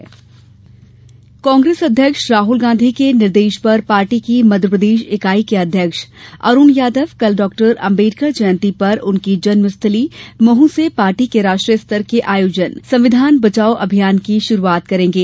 कांग्रेस अभियान कांग्रेस अध्यक्ष राहल गांधी के निर्देश पर पार्टी की मध्यप्रदेश ईकाई के अध्यक्ष अरूण यादव कल डॉ अम्बेडकर जयंती पर उनकी जन्मस्थली मह से पार्टी के राष्ट्रीय स्तर के आयोजन संविधान बचाओं अभियान की शुरूआत करेंगे